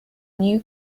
new